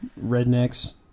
Rednecks